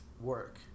work